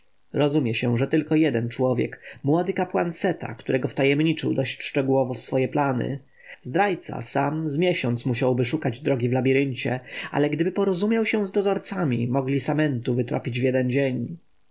rozumie się że tylko jeden człowiek młody kapłan seta którego wtajemniczył dość szczegółowo w swoje plany zdrajca sam z miesiąc musiałby szukać drogi w labiryncie ale gdyby porozumiał się z dozorcami mogli samentu wytropić w jeden dzień